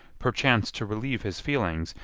perchance to relieve his feelings,